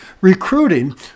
recruiting